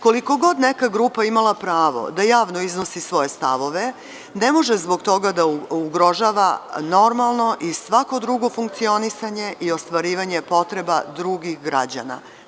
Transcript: Koliko god neka grupa imala pravo da javno iznosi svoje stavove, ne može zbog toga da ugrožava normalno i svako drugo funkcionisanje i ostvarivanje potreba drugih građana.